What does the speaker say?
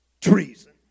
treason